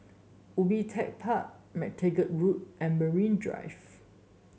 Ubi Tech Park MacTaggart Road and Marine Drive